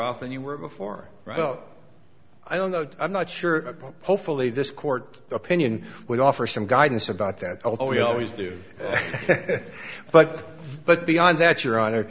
off than you were before well i don't know i'm not sure hopefully this court opinion would offer some guidance about that although you always do but but beyond that your honor